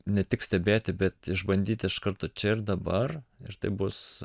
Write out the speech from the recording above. ne tik stebėti bet išbandyti iš karto čia ir dabar ir tai bus